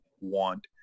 want